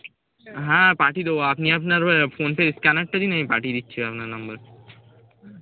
হ্যাঁ পাঠিয়ে দেবো আপনি আপনার ওই ফোনপে স্ক্যানারটা দিন আমি পাঠিয়ে দিচ্ছি আপনার নম্বর